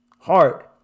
hard